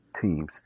teams